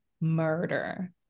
murder